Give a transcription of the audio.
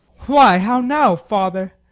why, how now, father!